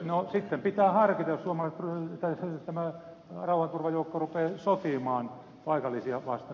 no sitten pitää harkita jos tämä rauhanturvajoukko rupeaa sotimaan paikallisia vastaan